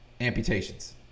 Amputations